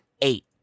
eight